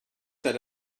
that